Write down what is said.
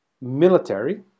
military